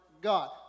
God